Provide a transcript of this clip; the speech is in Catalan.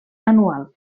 anual